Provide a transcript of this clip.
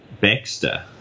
Baxter